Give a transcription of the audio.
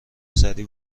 سریع